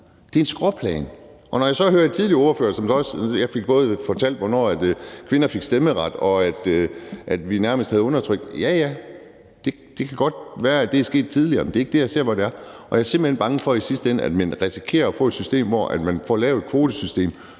Det er et skråplan. Og så hører jeg en tidligere ordfører – og jeg fik både fortalt, hvornår kvinder fik stemmeret, og at vi nærmest taget undertrykt dem: Ja, ja, det kan godt være, det er sket tidligere, men det er ikke det, jeg ser, hvor der er forskelle. Og jeg er simpelt hen bange for, at man i sidste ende risikerer at få et system, hvor man får lavet et kvotesystem,